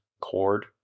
Cord